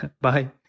Bye